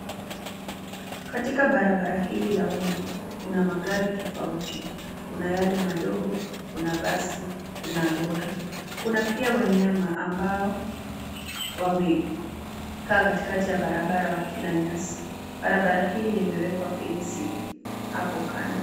Katika barbara hili la uma kuna magari tofauti kuna yale madogo kuna basi kuna lori kuna pia wanyama ambao wamekaa katikati ya barabara wakila nyasi. Barabara hili limewekwa fence hapo kando.